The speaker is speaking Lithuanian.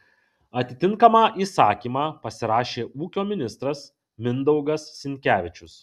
atitinkamą įsakymą pasirašė ūkio ministras mindaugas sinkevičius